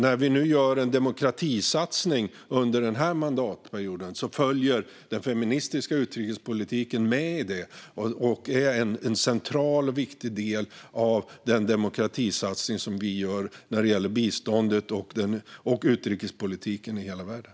När vi nu gör en demokratisatsning under denna mandatperiod följer den feministiska utrikespolitiken med och är en central och viktig del av den demokratisatsning som vi gör när det gäller biståndet och utrikespolitiken i hela världen.